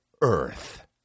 earth